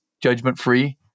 judgment-free